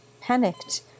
panicked